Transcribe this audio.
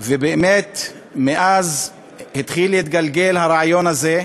ובאמת, מאז התחיל להתגלגל הרעיון הזה,